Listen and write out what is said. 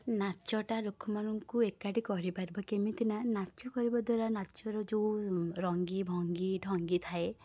ନାଚଟା ଲୋକମାନଙ୍କୁ ଏକାଠି କରିପାରିବ କେମିତି ନା ନାଚ କରିବା ଦ୍ୱାରା ନାଚର ଯେଉଁ ରଙ୍ଗୀ ଭଙ୍ଗୀ ଢଙ୍ଗୀ ଥାଏ